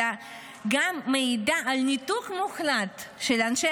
אלא גם מעידה על ניתוק מוחלט של אנשי